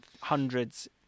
hundreds